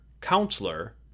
Counselor